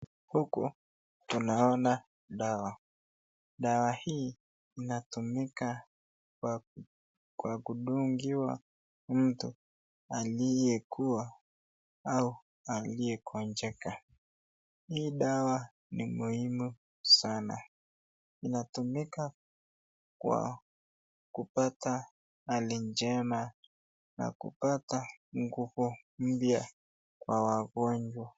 Huku tunaona dawa, dawa hii inatumika kwa kudungiwa mtu aliyekuwa au aliyegonjeka. Hii dawa ni muhimu sana. Inatumika kwa kupata hali njema na kupata nguvu mpya kwa wagonjwa.